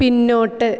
പിന്നോട്ട്